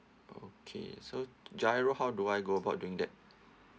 okay so G_I_R_O how do I go about doing that